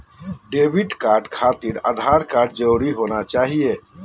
Debit card खातिर Aadhaar card जरूरी होना चाहिए?